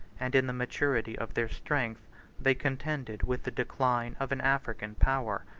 and in the maturity of their strength they contended with the decline of an african power.